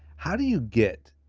how do you get